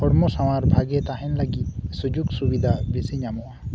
ᱦᱚᱲᱢᱚ ᱥᱟᱶᱟᱨ ᱵᱷᱟᱜᱮ ᱛᱟᱦᱮᱱ ᱞᱟᱹᱜᱤᱫ ᱥᱩᱡᱩᱜ ᱥᱩᱵᱤᱫᱷᱟ ᱵᱮᱥᱤ ᱧᱟᱢᱚᱜᱼᱟ